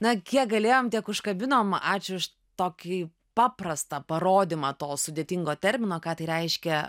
na kiek galėjom tiek užkabinom ačiū už tokį paprastą parodymą to sudėtingo termino ką tai reiškia